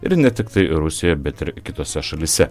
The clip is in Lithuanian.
ir ne tiktai rusijoje bet ir kitose šalyse